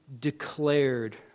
declared